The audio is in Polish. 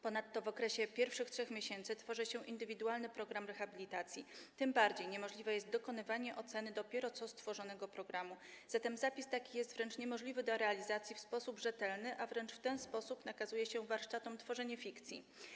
Ponadto w okresie pierwszych 3 miesięcy tworzy się indywidualny program rehabilitacji, tym bardziej niemożliwe jest dokonywanie oceny dopiero co stworzonego programu, a zatem taki zapis jest niemożliwy do realizacji w sposób rzetelny, a wręcz w ten sposób nakazuje się warsztatom tworzenie fikcji.